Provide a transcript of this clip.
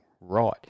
right